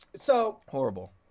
Horrible